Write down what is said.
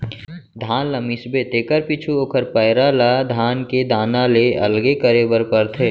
धान ल मिसबे तेकर पीछू ओकर पैरा ल धान के दाना ले अलगे करे बर परथे